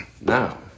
Now